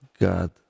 God